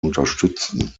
unterstützen